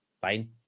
fine